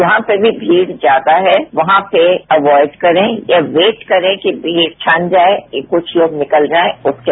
जहां पर भी भीड़ ज्यादा है वहां पर अवाइड करें या वेट करें कि भीड़ छन जाएं कि कुछ लोग निकल जाएं उसके